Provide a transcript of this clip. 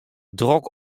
drok